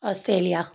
Australia